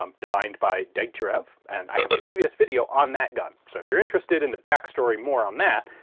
um designed by degtyaryov. and i have a previous video on that gun, so if you're interested in the backstory more on that,